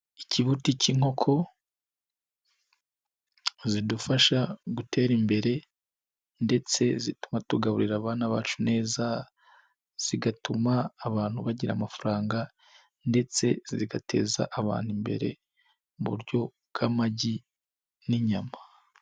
Ikibuti k'inkoko zidufasha gutera imbere ndetse zituma tugaburira abana bacu neza, zigatuma abantu bagira amafaranga, ndetse zigateza abantu imbere mu buryo bw'amagi n'inyama.